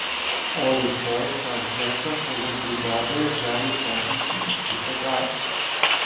o rytoj tą zeką toje brigadoje gali permesti į kitą darbą